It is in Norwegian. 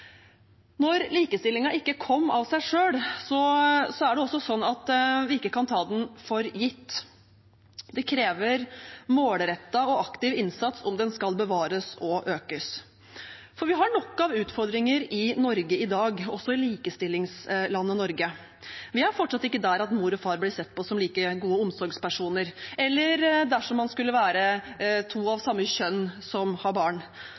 Når likestillingen ikke kom av seg selv, er det også sånn at vi ikke kan ta den for gitt. Det krever målrettet og aktiv innsats om den skal bevares og økes. Vi har nok av utfordringer i Norge i dag, også i likestillingslandet Norge. Vi er fortsatt ikke der at mor og far eller to av samme kjønn som har barn, blir sett på som like gode omsorgspersoner